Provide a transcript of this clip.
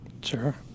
Sure